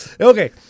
Okay